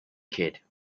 kid